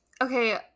Okay